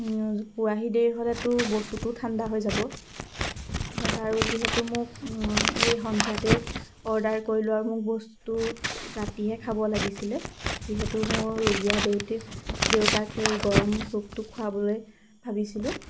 পোৱাহি দেৰি হ'লেতো বস্তুটো ঠাণ্ডা হৈ যাব হয় হয় আৰু যিহেতু মোক এই সন্ধিয়াতে অৰ্ডাৰ কৰি লোৱা মোক বস্তুটো ৰাতিহে খাব লাগিছিলে যিহেতু মোৰ ৰুগীয়া দেউটি দেউতাক সেই গৰম চুপটো খুৱাবলৈ ভাবিছিলোঁ